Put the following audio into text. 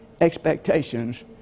expectations